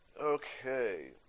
Okay